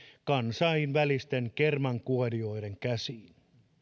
kansainvälisten kermankuorijoiden käsiin